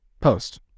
Post